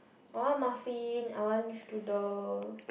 I want muffin I want strudel